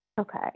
Okay